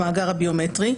במאגר הביומטרי,